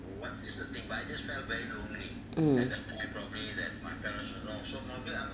mm